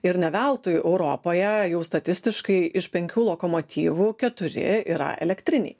ir ne veltui europoje jau statistiškai iš penkių lokomotyvų keturi yra elektriniai